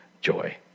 joy